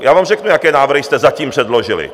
Já vám řeknu, jaké návrhy jste zatím předložili.